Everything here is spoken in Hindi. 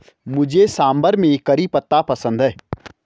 मुझे सांभर में करी पत्ता पसंद है